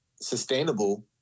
sustainable